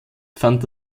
fand